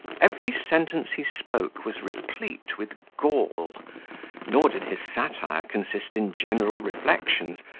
every sentence he spoke was replete with gall nor did his satire consist in general reflections,